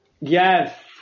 Yes